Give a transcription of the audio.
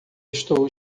estou